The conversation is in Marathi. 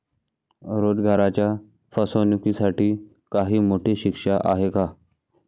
रोजगाराच्या फसवणुकीसाठी काही मोठी शिक्षा आहे का?